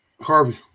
harvey